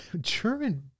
German